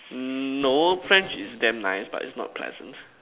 no French is damn nice but it's not pleasant